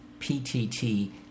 PTT